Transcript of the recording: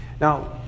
Now